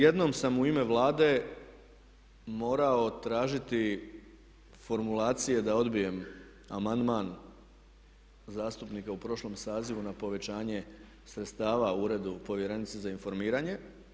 Jednom sam u ime Vlade morao tražiti formulacije da odbijem amandman zastupnika u prošlom sazivu na povećanje sredstava u Uredu povjerenice za informiranje.